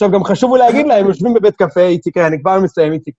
טוב גם חשוב אולי להגיד להם, הם יושבים בבית קפה, איציק אהה..., אני כבר מסיים, איציק.